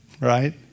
right